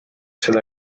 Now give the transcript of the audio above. seda